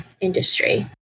industry